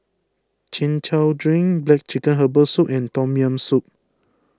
Chin Chow Drink Black Chicken Herbal Soup and Tom Yam Soup